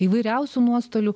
įvairiausių nuostolių